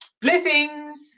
blessings